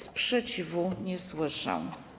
Sprzeciwu nie słyszę.